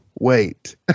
Wait